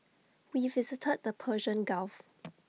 we visited the Persian gulf